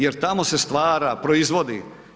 Jer tamo se stvara proizvodi.